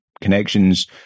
connections